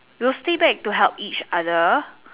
we'll stay back to help each other